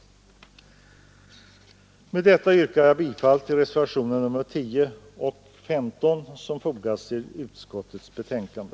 Med detta yrkar jag bifall till reservationerna 10 och 15, som fogats till utskottets betänkande.